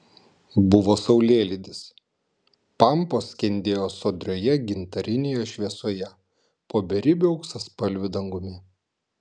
buvo saulėlydis pampos skendėjo sodrioje gintarinėje šviesoje po beribiu auksaspalviu dangumi